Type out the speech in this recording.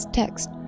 text